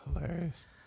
Hilarious